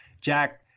Jack